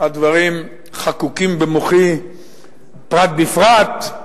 הדברים חקוקים במוחי פרט בפרט,